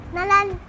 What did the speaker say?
Nalan